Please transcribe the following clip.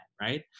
right